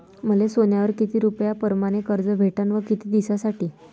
मले सोन्यावर किती रुपया परमाने कर्ज भेटन व किती दिसासाठी?